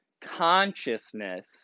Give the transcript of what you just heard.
consciousness